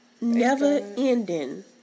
Never-ending